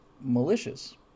malicious